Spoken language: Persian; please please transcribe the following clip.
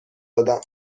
دادم